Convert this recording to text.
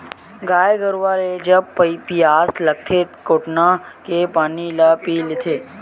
गाय गरुवा ल जब पियास लागथे कोटना के पानी ल पीय लेथे